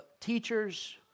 teachers